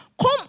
Come